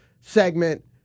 segment